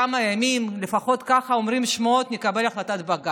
אולי בעוד כמה ימים,